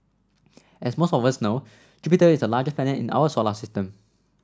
as most of us know Jupiter is the largest planet in our solar system